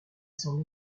son